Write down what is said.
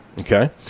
Okay